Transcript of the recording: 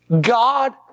God